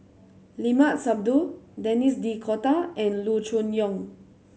Limat Sabtu Denis D'Cotta and Loo Choon Yong